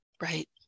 Right